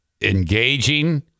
engaging